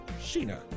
Sheena